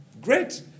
great